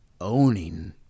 owning